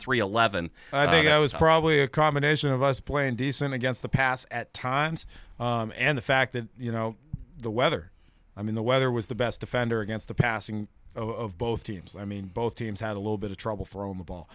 three eleven i think i was probably a combination of us playing decent against the pass at times and the fact that you know the weather i mean the weather was the best defender against the passing of both teams i mean both teams had a little bit of trouble for on the ball